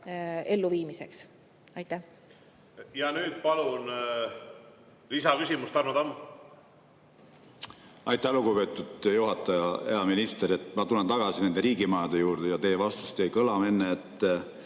Ja nüüd, palun, lisaküsimus, Tarmo Tamm!